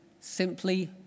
simply